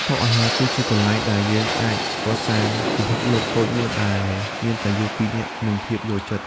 តុអាហារគឺជាកន្លែងដែលយើងអាចកសាងពិភពលោកតូចមួយ ដែលមានតែយើងពីរនាក់ និងភាពយល់ចិត្ត។